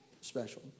special